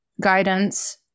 guidance